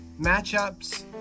matchups